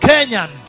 Kenyan